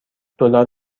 دلار